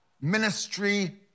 ministry